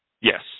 yes